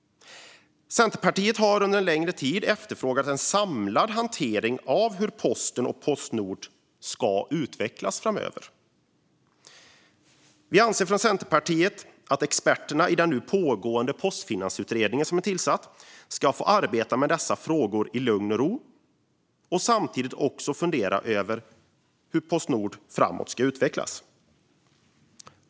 Centerpartiet har under en längre tid efterfrågat en samlad hantering av hur posten och Postnord ska utvecklas framöver. Vi anser att experterna i den pågående Postfinansieringsutredningen ska få arbeta med dessa frågor i lugn och ro och även fundera över hur Postnord ska utvecklas framåt.